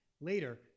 Later